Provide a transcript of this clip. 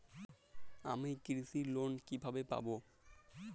আমি কৃষি লোন কিভাবে পাবো?